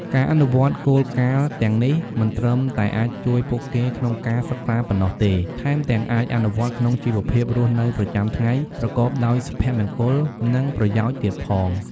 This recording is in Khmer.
ការអនុវត្តគោលការណ៍ទាំងនេះ មិនត្រឹមតែអាចជួយពួកគេក្នុងការសិក្សាប៉ុណ្ណោះទេ ថែមទាំងអាចអនុវត្តក្នុងជីវភាពរស់នៅប្រចាំថ្ងៃប្រកបដោយសុភមង្គល និងប្រយោជន៍ទៀតផង។